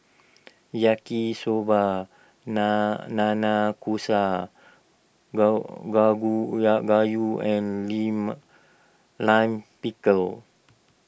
Yaki Soba Na Nanakusa gusa ga gagu uya Gayu and Lima Lime Pickle